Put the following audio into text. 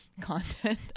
content